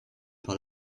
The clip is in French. par